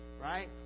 Right